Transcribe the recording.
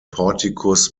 portikus